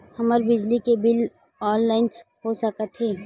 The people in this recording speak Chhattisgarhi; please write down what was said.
हमर बिजली के बिल ह ऑनलाइन हो सकत हे?